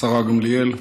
השרה גמליאל,